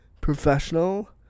professional